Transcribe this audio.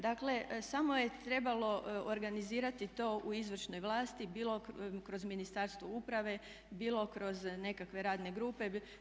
Dakle, samo je trebalo organizirati to u izvršnoj vlasti, bilo kroz Ministarstvo uprave, bilo kroz nekakve radne grupe.